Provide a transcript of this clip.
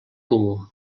comú